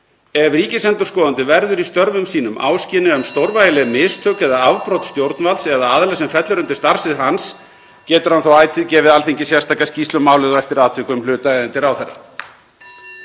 „Ef ríkisendurskoðandi verður í störfum sínum áskynja um stórvægileg mistök eða afbrot stjórnvalds eða aðila sem fellur undir starfssvið hans getur hann þó ætíð gefið Alþingi sérstaka skýrslu um málið og eftir atvikum hlutaðeigandi ráðherra.“